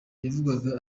yavugaga